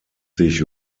sich